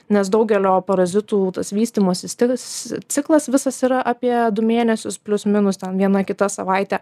nes daugelio parazitų tas vystymosi stilius ciklas visas yra apie du mėnesius plius minus ten viena kita savaitė